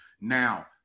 Now